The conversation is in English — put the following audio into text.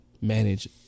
Manage